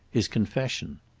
his confession.